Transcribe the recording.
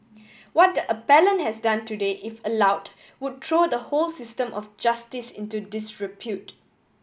what the appellant has done today if allowed would throw the whole system of justice into disrepute